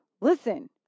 listen